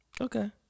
Okay